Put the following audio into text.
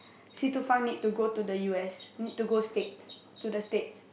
Si Tu Feng need to go to the U_S need to go States to the States